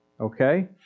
Okay